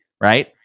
right